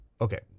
okay